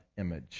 image